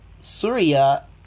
Surya